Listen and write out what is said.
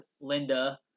Linda